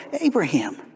Abraham